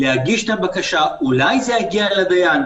צריך להגיש בקשה ואולי זה יגיע לדיין.